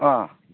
ꯑꯥ